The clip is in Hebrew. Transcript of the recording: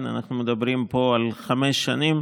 אנחנו מדברים פה על חמש שנים,